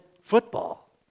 football